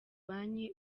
banki